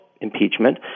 impeachment